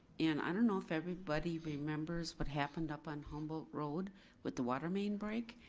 and i don't know if everybody remembers what happened up on humboldt road with the water main break.